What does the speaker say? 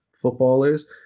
footballers